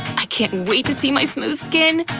i can't wait to see my smooth skin!